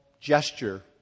gesture